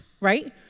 right